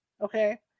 Okay